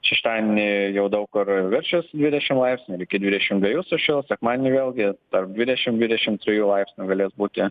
šeštadienį jau daug kur viršys dvidešim laipsnių ir iki dvidešim dviejų sušils sekmadienį vėlgi tarp dvidešim dvidešim trijų laipsnių galės būti